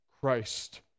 Christ